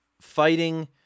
fighting